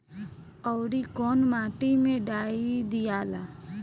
औवरी कौन माटी मे डाई दियाला?